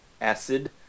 Acid